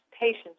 patients